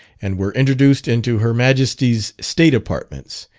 and were introduced into her majesty's state apartments,